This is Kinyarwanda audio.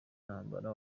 ntambara